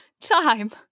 Time